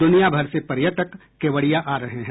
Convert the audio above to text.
दुनियाभर से पर्यटक केवड़िया आ रहे हैं